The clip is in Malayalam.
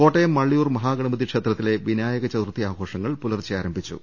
കോട്ടയം മള്ളിയൂർ മഹാഗണപതി ക്ഷേത്രത്തിലെ വിനായക ചതുർത്ഥി ആഘോഷങ്ങൾ പുലർച്ചെ ആരംഭിച്ചു